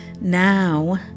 Now